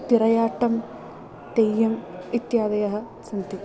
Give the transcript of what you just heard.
तिरयाट्टं तेयम् इत्यादयः सन्ति